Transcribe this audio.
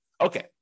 Okay